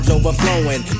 overflowing